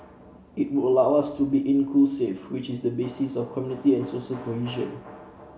it would allow us to be inclusive which is the basis of community and social cohesion